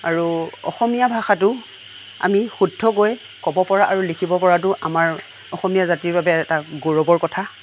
আৰু অসমীয়া ভাষাটো আমি শুদ্ধকৈ ক'ব পৰা আৰু লিখিব পৰাটো আমাৰ অসমীয়া জাতিৰ বাবে এটা গৌৰৱৰ কথা